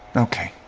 okay.